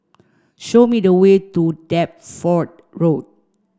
show me the way to Deptford Road